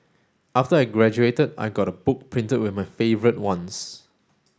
after I graduated I got a book printed with my favourite ones